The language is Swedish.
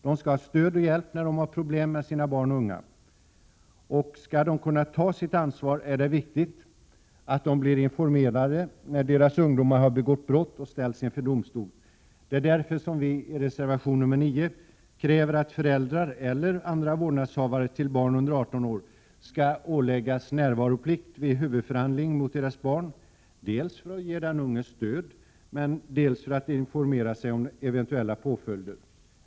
De skall ha stöd och hjälp när de har problem och bekymmer med sina barn. Och skall de kunna ta sitt ansvar, är det viktigt att de blir informerade när deras ungdomar har begått brott och ställs inför domstol. Det är därför vi i reservation 9 kräver att föräldrar eller andra vårdnadshavare till barn under 18 år skall åläggas närvaroplikt vid huvudförhandling mot deras barn, dels för att ge den unge stöd, dels för att informera sig om eventuella påföljder.